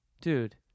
dude